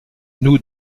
nous